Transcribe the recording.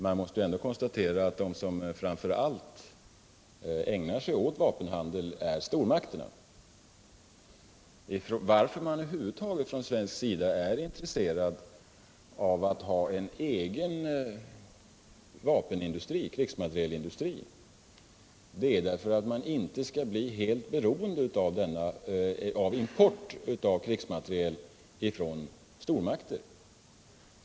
Man måste ändå konstatera att de som framför allt ägnar sig åt vapenhandel är stormakterna. Anledningen till att man över huvud taget på svenskt håll är intresserad av att ha en egen krigsmaterielindustri är att man inte vill bli helt beroende av import av krigsmateriel från stormakter.